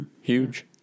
Huge